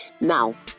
now